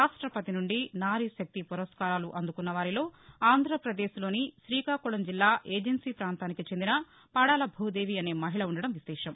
రాష్టపతి నుండి నారీశక్తి పురస్కారాలు అందుకున్న వారిలో ఆంధ్రపదేశ్లోని శ్రీకాకుళం జిల్లా ఏజన్సీ ప్రాంతానికి చెందిన పడాల భూదేవి అనే మహిళ వుండడం విశేషం